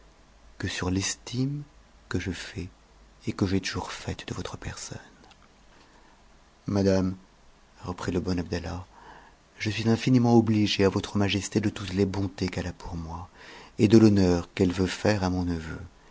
que sur l'estime que je fais et que j'ai toujours faite de votre personne madame reprit le bon abdallah je suis infiniment obligé à voue majesté de toutes les bontés qu'elle a pour moi et de l'honneur qn'ettc veut faire à mon neveu